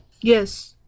Yes